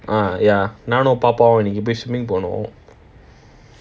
uh ya நானும் பாப்பாவும்:naanum papavum swimming போனோம்:ponom